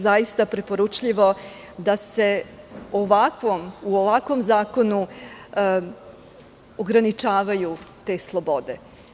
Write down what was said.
Zaista nije preporučljivo da se u ovakvom zakonu ograničavaju te slobode.